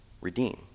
redeem